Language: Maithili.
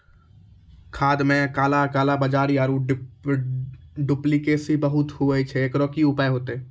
खाद मे काला कालाबाजारी आरु डुप्लीकेसी बहुत होय छैय, एकरो की उपाय होते?